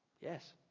Yes